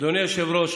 אדוני היושב-ראש,